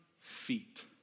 feet